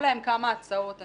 כמה הצעות.